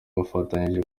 bafatanyije